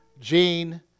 Jean